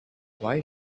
why